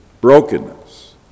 brokenness